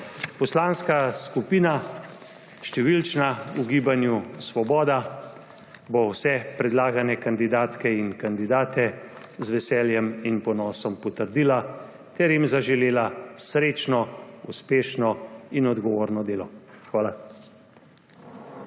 Poslanska skupina Gibanje Svoboda bo vse predlagane kandidatke in kandidate z veseljem in ponosom potrdila ter jim zaželela srečno, uspešno in odgovorno delo. Hvala.